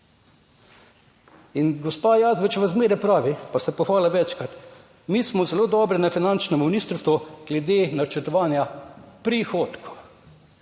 In gospa Jazbečeva zmeraj pravi pa se pohvali večkrat: mi smo zelo dobri na finančnem ministrstvu glede načrtovanja prihodkov.